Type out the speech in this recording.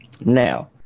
now